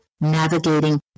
navigating